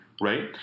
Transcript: right